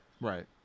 Right